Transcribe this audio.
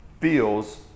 feels